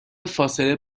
فاصله